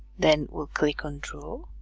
then we'll click on draw